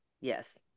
Yes